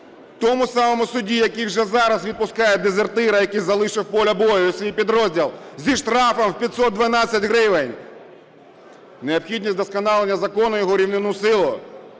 тому самому суді, який вже зараз відпускає дезертира, який залишив поле бою і свій підрозділ зі штрафом в 512 гривень. Необхідність вдосконалення закону, його руйнівну силу